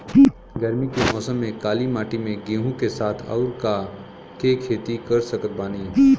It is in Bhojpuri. गरमी के मौसम में काली माटी में गेहूँ के साथ और का के खेती कर सकत बानी?